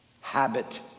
habit